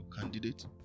candidate